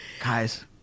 Guys